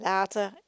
Later